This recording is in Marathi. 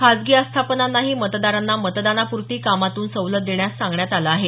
खासगी आस्थापनांनाही मतदारांना मतदानापुरती कामातून सवलत देण्यास सांगण्यात आल आहे